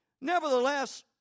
Nevertheless